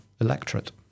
electorate